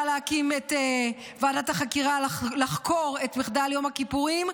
להקים את ועדת החקירה לחקור את מחדל יום הכיפורים,